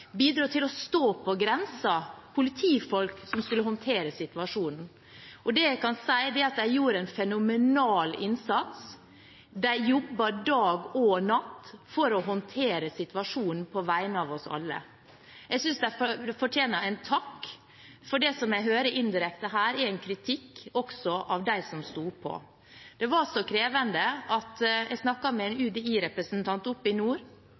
bidro til å skaffe mat, bidro til å stå på grensen, politifolk som skulle håndtere situasjonen. Det jeg kan si, er at de gjorde en fenomenal innsats. De jobbet dag og natt for å håndtere situasjonen på vegne av oss alle. Jeg synes de fortjener en takk, for det jeg hører indirekte her, er en kritikk også av dem som sto på. Det var krevende. Jeg snakket med en UDI-representant oppe i nord.